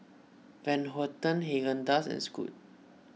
Van Houten Haagen Dazs and Scoot